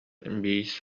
биис